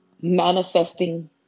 manifesting